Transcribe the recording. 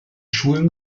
schulen